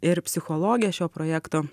ir psichologę šio projekto